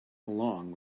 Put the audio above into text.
along